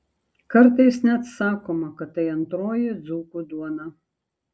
kartais net sakoma kad tai antroji dzūkų duona